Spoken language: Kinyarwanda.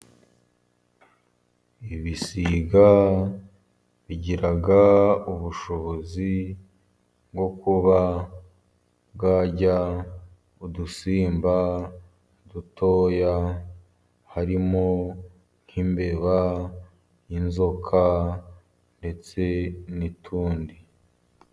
Ibisiga bigira ubushobozi bwo kuba byarya udusimba dutoya harimo nk'imbeba , inzoka ndetse n'utundi.